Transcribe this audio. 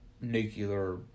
nuclear